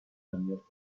saniert